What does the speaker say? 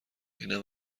اینم